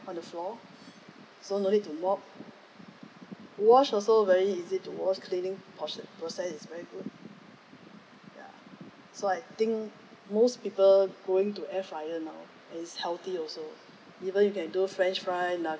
on the floor so no need to mop wash also very easy to wash cleaning portion process is very good ya so I think most people going to air fryer now is healthy also even you can do french fry lah